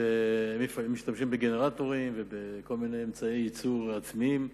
משתמשים בגנרטורים ובכל מיני אמצעי ייצור עצמאיים.